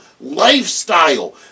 lifestyle